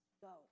go